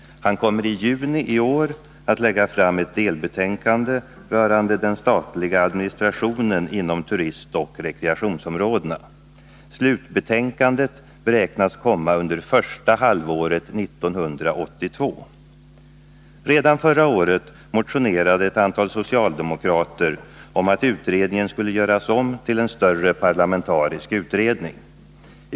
Han kommer i juni i år att lägga fram ett delbetänkande rörande den statliga administrationen inom turistoch rekreationsområdena. Slutbetänkandet beräknas komma under första halvåret 1982. Redan förra året motionerade ett antal socialdemokrater om att utredningen skulle göras om till en större parlamentarisk utredning.